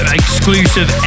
exclusive